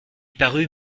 parut